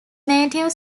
native